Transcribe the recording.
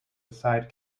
aside